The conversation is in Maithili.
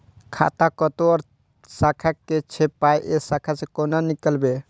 खाता कतौ और शाखा के छै पाय ऐ शाखा से कोना नीकालबै?